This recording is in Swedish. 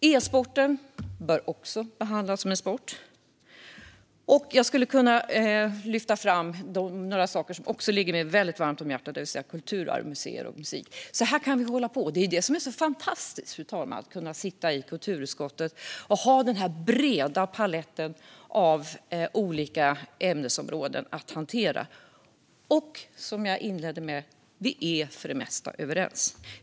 E-sporten bör också behandlas som en sport. Jag kan även lyfta fram andra frågor som ligger mig varmt om hjärtat, nämligen kulturarv, museer och musik. Så här kan vi hålla på, och det är det som är så fantastiskt med att sitta i kulturutskottet. Där finns den breda paletten av olika ämnesområden att hantera. Och, som jag inledde med, vi är för det mesta överens.